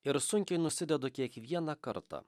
ir sunkiai nusidedu kiekvieną kartą